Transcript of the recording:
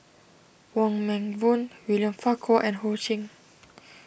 Wong Meng Voon William Farquhar and Ho Ching